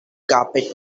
carpet